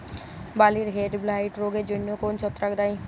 বার্লির হেডব্লাইট রোগের জন্য কোন ছত্রাক দায়ী?